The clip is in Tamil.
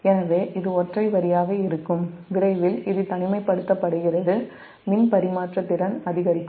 எனவே இது ஒற்றை வரியாக இருக்கும் விரைவில் இது தனிமைப்படுத்தப் படுகிறது மின்பரிமாற்ற திறன் அதிகரிக்கும்